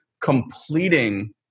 completing